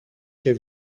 και